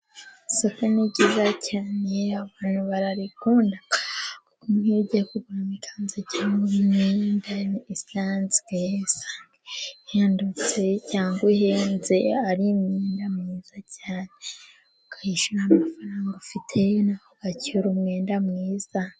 Isoko ni ryiza cyane abantu bararikunda, Kuko nk'iyo ugiye kuguramo ikanzu cyangwa imyenda isanzwe, usanga ihendutse cyangwa ihenze ari imyenda myiza cyane, ukayishyura amafaranga ufite nawe ugacyura umwenda mwiza.